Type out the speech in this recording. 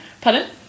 Pardon